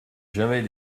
jamais